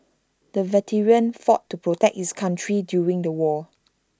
the veteran fought to protect his country during the war